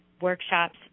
workshops